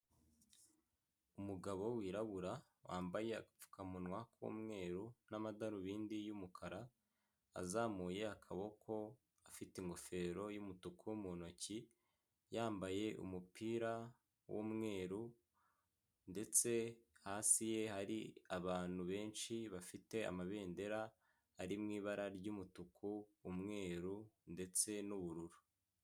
Umugabo wirabura wambaye agapfukamunwa k'umweru n'amadarubindi y'umukara, azamuye akaboko afite ingofero yumutuku mu ntoki yambaye umupira w'umweru ndetse hasi ye hari abantu benshi bafite amabendera ari mu ibara ry'umutuku , umweru ndetse n'ubururu.